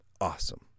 Awesome